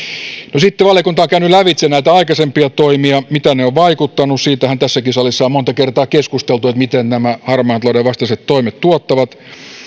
no sitten valiokunta on käynyt lävitse näitä aikaisempia toimia miten ne ovat vaikuttaneet siitähän tässäkin salissa on monta kertaa keskusteltu miten nämä harmaan talouden vastaiset toimet tuottavat